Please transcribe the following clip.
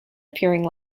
appearing